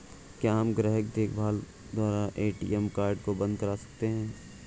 क्या हम ग्राहक देखभाल द्वारा ए.टी.एम कार्ड को बंद करा सकते हैं?